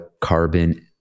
carbon